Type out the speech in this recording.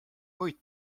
puid